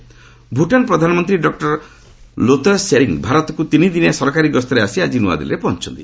Bhutan PM Bhutan ପ୍ରଧାନମନ୍ତ୍ରୀ doctor Lotay Tshering ଭାରତକୁ ତିନିଦିନିଆ ସରକାରୀ ଗସ୍ତରେ ଆସି ଆଜି ନୂଆଦିଲ୍ଲୀରେ ପହଞ୍ଚୁଛନ୍ତି